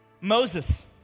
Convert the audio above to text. Moses